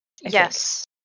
Yes